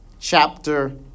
chapter